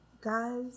guys